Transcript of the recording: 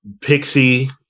Pixie